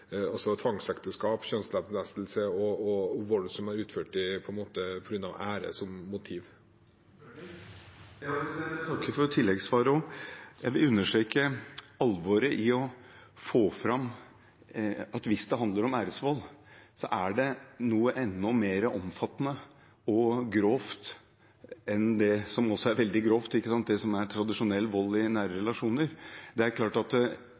tvangsekteskap, kjønnlemlestelse og vold som er utført pga. ære som motiv. Jeg takker også for tilleggssvaret, og jeg vil understreke alvoret i å få fram at hvis det handler om æresvold, er det noe enda mer omfattende og grovt enn tradisjonell vold i nære relasjoner, som også er veldig grovt. Det er klart, er det æresvold, står en klan, en storfamilie, bak, noe som